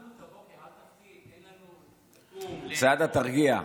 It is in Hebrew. התחלנו את הבוקר, אל תפציץ, סעדה, תרגיע.